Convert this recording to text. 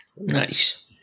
Nice